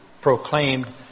proclaimed